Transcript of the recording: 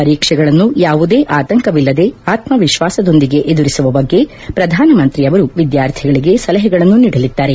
ಪರೀಕ್ಷೆಗಳನ್ನು ಯಾವುದೇ ಆತಂಕವಿಲ್ಲದೆ ಆತ್ಮವಿಶ್ವಾಸದೊಂದಿಗೆ ಎದುರಿಸುವ ಬಗ್ಗೆ ಪ್ರಧಾನಮಂತ್ರಿ ಅವರು ವಿದ್ಯಾರ್ಥಿಗಳಿಗೆ ಸಲಹೆಗಳನ್ನು ನೀಡಲಿದ್ದಾರೆ